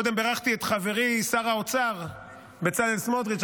קודם בירכתי את חברי שר האוצר בצלאל סמוטריץ',